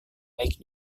baik